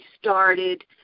started